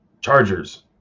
Chargers